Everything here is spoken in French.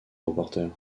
reporter